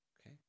Okay